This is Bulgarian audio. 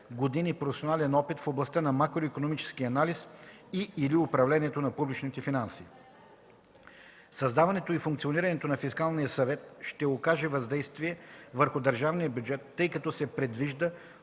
години професионален опит в областта на макроикономическия анализ и/или управлението на публичните финанси. Създаването и функционирането на Фискалния съвет ще окаже въздействие върху държавния бюджет, тъй като се предвижда